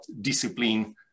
discipline